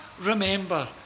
remember